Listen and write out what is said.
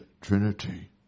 Trinity